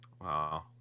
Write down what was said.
Wow